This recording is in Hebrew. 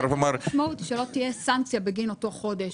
המשמעות היא שלא תהיה סנקציה בגין אותו חודש.